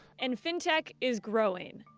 and fintech is growing.